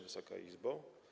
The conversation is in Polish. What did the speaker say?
Wysoka Izbo!